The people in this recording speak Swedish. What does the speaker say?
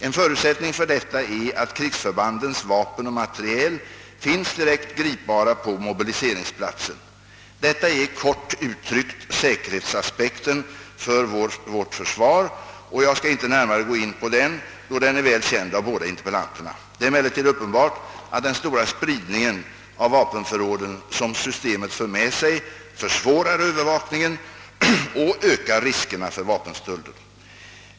En förutsättning för detta är att krigsförbandens vapen och materiel finns direkt gripbara på mobiliseringsplatsen. Detta är kort uttryckt säkerhetsaspekten för vårt försvar, och jag skall inte gå närmare in på den då den är väl känd av båda interpellanterna. Det är emellertid uppenbart att den stora spridningen av vapenförråden som systemet för med sig försvårar övervakningen och ökar riskerna för vapenstölder.